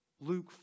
Luke